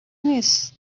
نیس